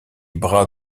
bras